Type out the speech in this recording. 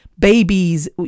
babies